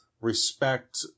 respect